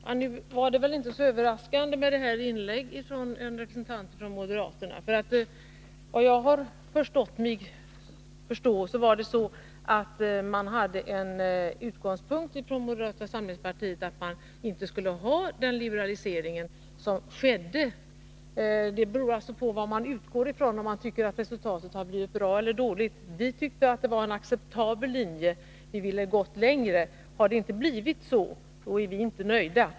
Herr talman! Det var inte så överraskande med detta inlägg från en representant för moderaterna. Jag har förstått att moderaternas utgångspunkt är att de inte vill ha den liberalisering som har skett. Huruvida man tycker att resultatet har blivit bra eller dåligt beror på vad man utgår från. Vi tyckte att det var en acceptabel linje, men vi hade velat gå längre. Eftersom det inte blivit så, är vi inte nöjda.